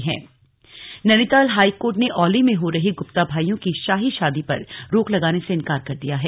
Nainital high court Nainital high court ने औली में हो रही गुप्ता भाइयों की शाही शादी पर रोक लगाने से इनकार कर दिया है